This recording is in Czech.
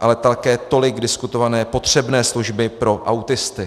ale také tolik diskutované potřebné služby pro autisty.